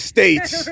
States